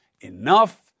Enough